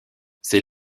ces